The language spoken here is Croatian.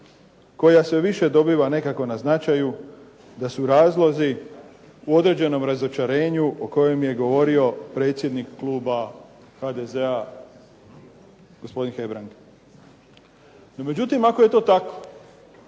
koja sve više dobiva nekako na značaju da su razlozi u određenom razočarenju o kojem je govorio predsjednik kluba HDZ-a, gospodin Hebrang. No međutim, ako je to tako,